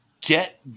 get –